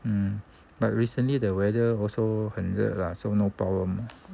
um but recently the weather also 很热 lah so no problem